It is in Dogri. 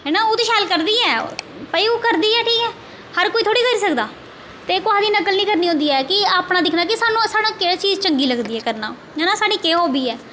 हैना ओह् ते शैल करदी ऐ भाई ओह् करदी ऐ ठीक ऐ हर कोई थोह्ड़ी करी सकदा ते कुसा दी नकल निं करनी होंदी ऐ कि अपना दिक्खना कि सानूं सानूं केह्ड़ी चीज़ चंगी लगदी ऐ करना जानि साढ़ी केह् हॉब्बी ऐ